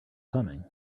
coming